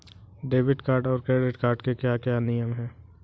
Debit card और credit card के क्या क्या नियम हैं?